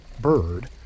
bird